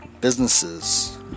businesses